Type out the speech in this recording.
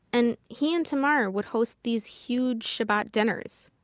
and he and tamar would host these huge shabbat dinners.